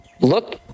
look